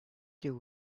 there